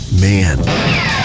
man